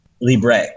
Libre